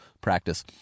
practice